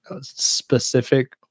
specific